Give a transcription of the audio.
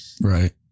Right